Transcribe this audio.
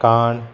काण